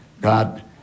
God